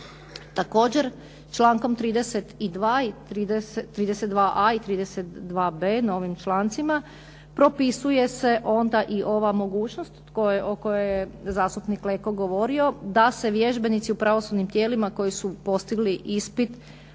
Također člankom 32. i 32.a i 32.b novim člancima propisuje se onda i ova mogućnost o kojoj je zastupnik Leko govorio da se vježbenici u pravosudnim tijelima koji su postigli ispit